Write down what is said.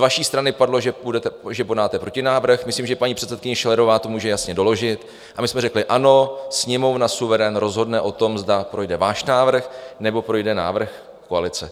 Z vaší strany padlo, že podáte protinávrh myslím, že paní předsedkyně Schillerová to může jasně doložit a my jsme řekli: Ano, Sněmovna suverén rozhodne o tom, zda projde váš návrh, nebo projde návrh koalice.